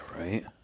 right